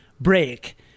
break